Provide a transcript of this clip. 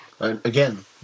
Again